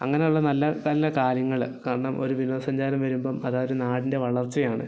അങ്ങനെ ഉള്ള നല്ല നല്ല കാര്യങ്ങൾ കാരണം ഒരു വിനോദ സഞ്ചാരം വരുമ്പം അത് ഒരു നാടിൻ്റെ വളർച്ചയാണ്